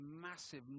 massive